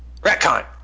Ratcon